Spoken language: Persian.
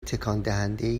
تکاندهندهای